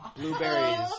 Blueberries